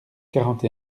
quarante